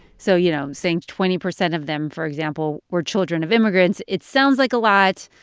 so, you know, saying twenty percent of them, for example, were children of immigrants, it sounds like a lot,